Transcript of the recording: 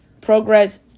progress